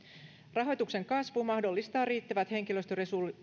rahoituksen kasvu mahdollistaa riittävät henkilöstöresurssit